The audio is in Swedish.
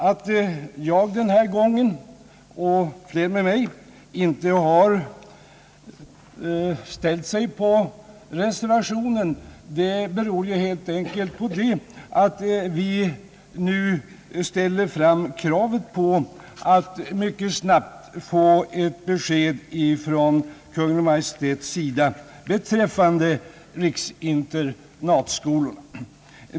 Att jag — och flera med mig — denna gång inte har stött reservationen beror helt enkelt på att vi nu kräver att snabbt få ett besked från Kungl. Maj:t beträffande riksinternatskolorna.